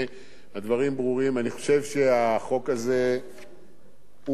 אני חושב שהחוק הזה הוא בנפשה,